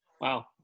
Wow